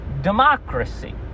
democracy